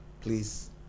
please